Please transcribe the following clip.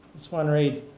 this one reads,